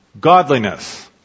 godliness